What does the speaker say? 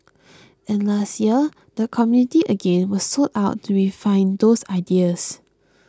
and last year the community again was sought out to refine those ideas